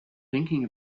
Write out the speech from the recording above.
thinking